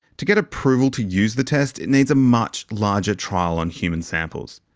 to get approval to use the test, it needs a much larger trial on human samples.